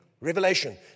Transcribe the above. revelation